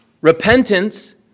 Repentance